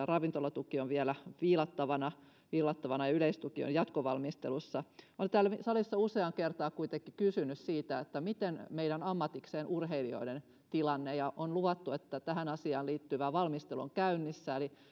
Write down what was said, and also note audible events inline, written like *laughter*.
*unintelligible* ravintolatuki on vielä viilattavana ja yleistuki on jatkovalmistelussa olen täällä salissa useaan kertaan kuitenkin kysynyt siitä mikä on meidän ammatikseen urheilevien tilanne ja on luvattu että tähän asiaan liittyvä valmistelu on käynnissä